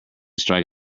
strike